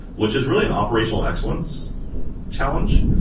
which is really an operational excellence challenge.